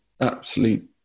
absolute